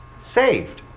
Saved